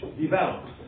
develop